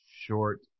short